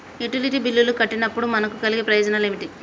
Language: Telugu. యుటిలిటీ బిల్లులు కట్టినప్పుడు మనకు కలిగే ప్రయోజనాలు ఏమిటి?